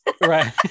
Right